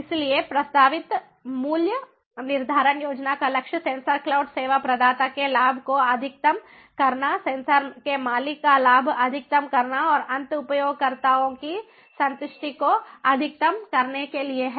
इसलिए प्रस्तावित मूल्य निर्धारण योजना का लक्ष्य सेंसर क्लाउड सेवा प्रदाता के लाभ को अधिकतम करना सेंसर के मालिक का लाभ अधिकतम करना और अंत उपयोगकर्ताओं की संतुष्टि को अधिकतम करने के लिए है